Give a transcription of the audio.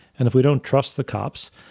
and if we don't trust the cops,